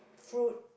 fruit